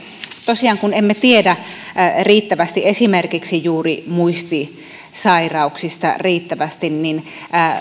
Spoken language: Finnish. tosiaan kun emme tiedä esimerkiksi juuri muistisairauksista riittävästi niin